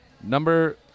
Number